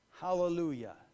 Hallelujah